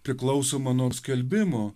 priklausomą nuo skelbimo